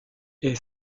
est